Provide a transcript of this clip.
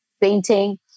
painting